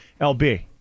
LB